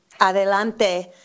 Adelante